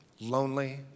lonely